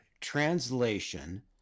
translation